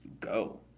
go